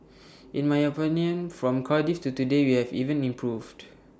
in my opinion from Cardiff to today we have even improved